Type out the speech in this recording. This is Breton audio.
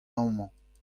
amañ